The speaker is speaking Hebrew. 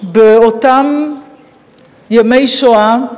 באותם ימי שואה,